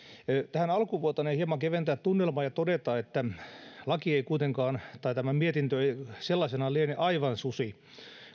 tähän alkuun voitaneen hieman keventää tunnelmaa ja todeta että ei laki kuitenkaan tai tämä mietintö sellaisenaan liene aivan susi